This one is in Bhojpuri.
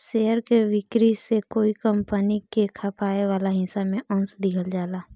शेयर के बिक्री से कोई कंपनी के खपाए वाला हिस्सा में अंस दिहल जाला